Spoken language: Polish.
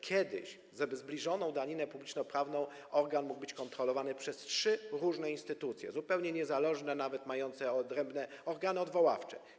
Kiedyś, jeśli chodzi o zbliżoną daninę publicznoprawną, organ mógł być kontrolowany przez trzy różne instytucje, zupełnie niezależne, nawet mające odrębne organy odwoławcze.